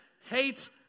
hate